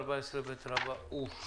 סעיף 14ב אושר.